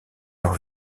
leur